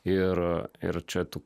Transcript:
ir ir čia tu